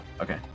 Okay